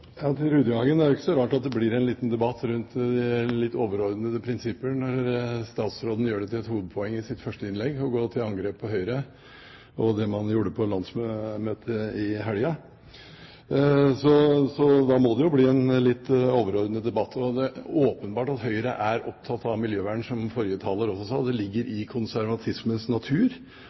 er jo ikke så rart at det blir en liten debatt rundt litt overordnede prinsipper når statsråden gjør det til et hovedpoeng i sitt første innlegg å gå til angrep på Høyre og det man gjorde på landsmøtet i helgen. Da må det bli en litt overordnet debatt. Det er åpenbart at Høyre er opptatt av miljøvern, som også forrige taler sa. Det ligger i konservatismens natur